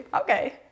Okay